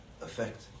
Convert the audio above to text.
effect